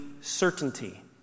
certainty